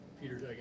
Peter